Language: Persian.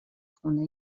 خونه